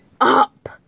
up